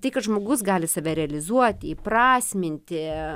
tai kad žmogus gali save realizuoti įprasminti